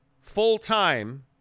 full-time